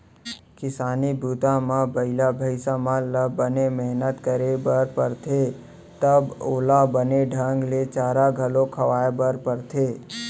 किसानी बूता म बइला भईंसा मन ल बने मेहनत करे बर परथे त ओला बने ढंग ले चारा घलौ खवाए बर परथे